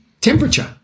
temperature